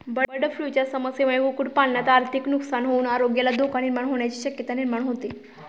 बर्डफ्लूच्या समस्येमुळे कुक्कुटपालनात आर्थिक नुकसान होऊन आरोग्याला धोका निर्माण होण्याची शक्यता निर्माण होते